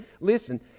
listen